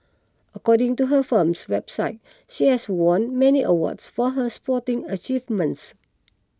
according to her firm's website she has won many awards for her sporting achievements